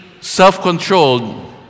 self-controlled